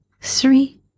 Three